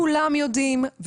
כולם יודעים,